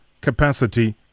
capacity